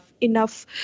enough